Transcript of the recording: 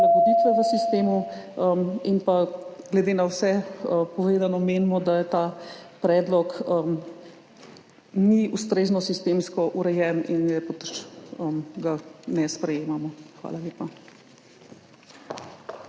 prilagoditve v sistemu. Glede na vse povedano menimo, da ta predlog ni ustrezno sistemsko urejen in ga ne sprejemamo. Hvala lepa.